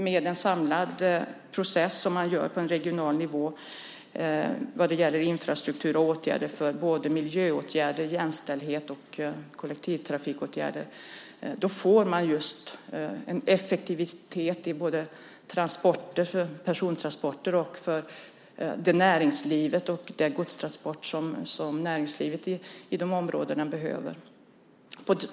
Med en samlad process på en regional nivå vad gäller infrastruktur och åtgärder för både miljö, jämställdhet och kollektivtrafik får man just en effektivitet både i persontransporter och för näringslivet och de godstransporter som näringslivet i de områdena behöver.